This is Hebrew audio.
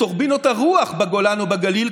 לטורבינות הרוח בגולן או בגליל,